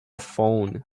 phone